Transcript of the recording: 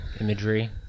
imagery